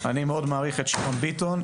פורר: אני מאוד מעריך את שמעון ביטון.